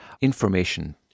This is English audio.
information